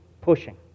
pushing